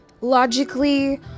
logically